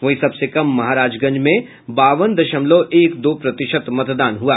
वहीं सबसे कम महाराजगंज में बावन दशमलव एक दो प्रतिशत मतदान हुआ